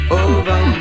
over